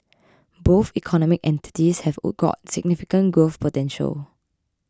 both economic entities have or got significant growth potential